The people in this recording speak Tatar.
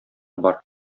бар